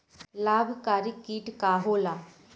लाभकारी कीट का होला?